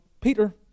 Peter